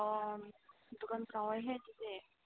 ꯑꯣ ꯗꯨꯀꯥꯟ ꯆꯥꯎꯋꯦꯍꯦ ꯑꯗꯨꯗꯤ